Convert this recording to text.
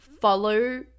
follow